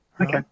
Okay